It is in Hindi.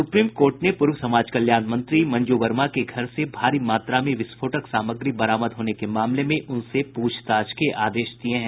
सुप्रीम कोर्ट ने पूर्व समाज कल्याण मंत्री मंजू वर्मा के घर से भारी मात्रा में विस्फोटक सामग्री बरामद होने के मामले में उनसे प्रछताछ के आदेश दिये हैं